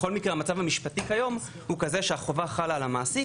בכל מקרה המצב המשפטי כיום הוא כזה שהחובה חלה על המעסיק,